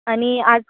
आणि आज